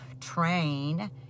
train